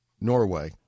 Norway